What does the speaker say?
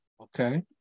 Okay